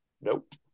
Nope